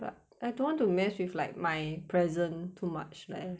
but I don't want to mess with like my present too much leh